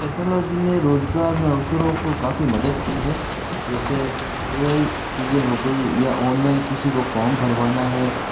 technology ने रोज़गार में अवसरों को काफ़ी मदद की है जैसे ए आई चीज़ें हो गई या ऑनलाइन किसी को फ़ॉर्म भरवाना है